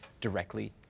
directly